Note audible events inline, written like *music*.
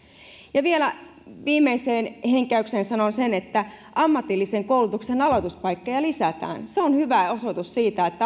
vielä viimeiseen henkäykseen sanon sen että ammatillisen koulutuksen aloituspaikkoja lisätään se on hyvä osoitus siitä että *unintelligible*